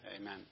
Amen